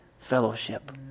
fellowship